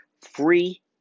free